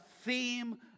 theme